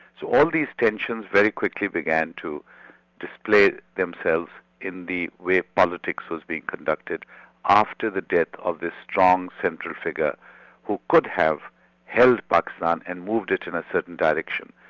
so all these tensions very quickly began to display themselves in the way politics was being conducted after the death of this strong central figure who could have held pakistan but and moved it in a certain direction.